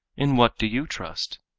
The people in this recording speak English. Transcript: in what do you trust?